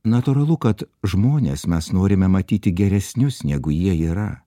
natūralu kad žmones mes norime matyti geresnius negu jie yra